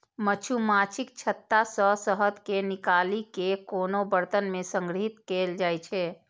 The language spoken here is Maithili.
मछुमाछीक छत्ता सं शहद कें निकालि कें कोनो बरतन मे संग्रहीत कैल जाइ छै